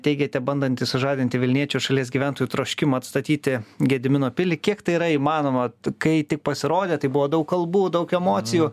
teigiate bandantis sužadinti vilniečių šalies gyventojų troškimą atstatyti gedimino pilį kiek tai yra įmanoma kai tik pasirodė tai buvo daug kalbų daug emocijų